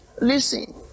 listen